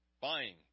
buying